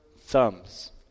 thumbs